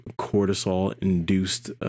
cortisol-induced